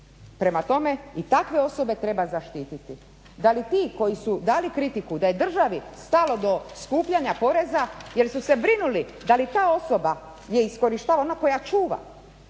Prema tome i takve osobe treba zaštititi. Da li ti koji su dali kritiku da je državi stalo do skupljanja poreza jer su se brinuli da li ta osoba iskorištava, ona koja čuva,